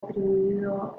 atribuido